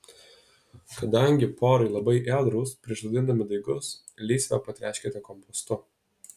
kadangi porai labai ėdrūs prieš sodindami daigus lysvę patręškite kompostu